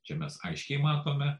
čia mes aiškiai matome